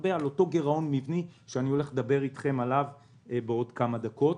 אותו גירעון מבני שאדבר איתכם עליו בעוד כמה דקות,